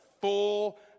full